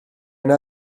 yna